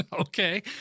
okay